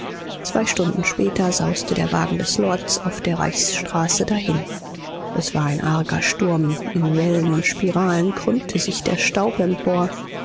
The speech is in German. zwei stunden später sauste der wagen des lords auf der reichsstraße dahin es war ein arger sturm in wellen und spiralen krümmte sich der staub empor